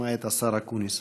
נשמע את השר אקוניס.